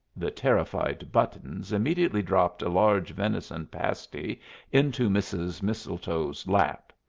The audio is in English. the terrified buttons immediately dropped a large venison pasty into mrs. mistletoe's lap.